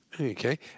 Okay